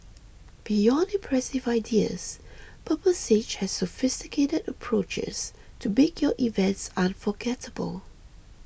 beyond impressive ideas Purple Sage has sophisticated approaches to make your events unforgettable